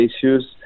issues